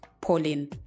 Pauline